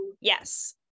Yes